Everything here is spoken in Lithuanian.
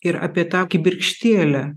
ir apie tą kibirkštėlę